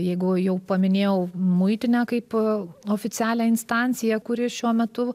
jeigu jau paminėjau muitinę kaip oficialią instanciją kuri šiuo metu